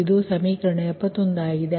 ಇದು ಸಮೀಕರಣ 71 ಆಗಿದೆ